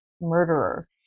murderer